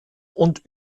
und